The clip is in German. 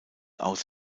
aus